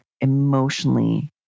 Emotionally